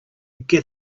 get